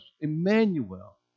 Emmanuel